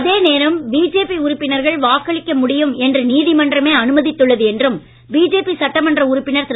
அதேநேரம் பாஜக உறுப்பினர்கள் வாக்களிக்க முடியும் என்று நீதிமன்றமே அனுமதித்துள்ளது என்றும் பாஜக சட்டமன்ற உறுப்பினர் திரு